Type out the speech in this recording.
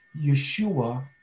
Yeshua